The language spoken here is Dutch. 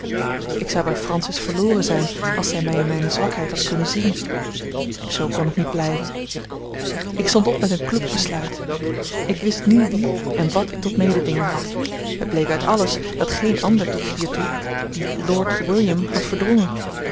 ik zou bij francis verloren zijn als zij mij in mijne zwakheid had kunnen zien zoo kon het niet blijven ik stond op met een kloek besluit ik wist nu wie en wat ik tot mededinger had het bleek uit alles dat geen ander tot hiertoe dien lord william had verdrongen